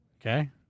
Okay